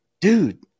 dude